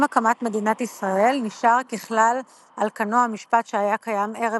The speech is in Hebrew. עם הקמת מדינת ישראל נשאר ככלל על כנו המשפט שהיה קיים ערב